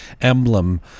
emblem